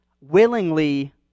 willingly